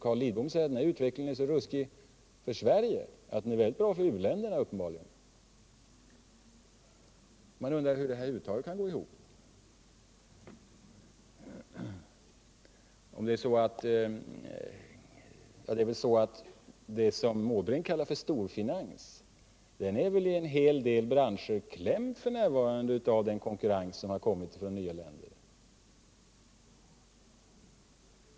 Carl Lidbom hävdar att utvecklingen är så ruskig för Sverige - men att den uppenbarligen är mycket bra för u-länder. Man kan undra hur detta över huvud taget kan gå ihop. Det som Bertil Måbrink kallar för storfinans är väl i många branscher f. n. klämt av den konkurrens som har kommit från nya länder.